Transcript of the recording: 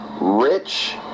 rich